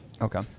Okay